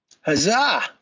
Huzzah